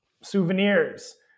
Souvenirs